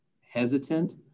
hesitant